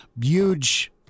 Huge